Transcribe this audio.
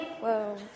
Whoa